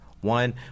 One